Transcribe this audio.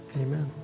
Amen